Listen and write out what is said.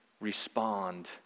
respond